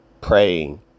praying